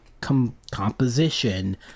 composition